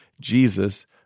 Jesus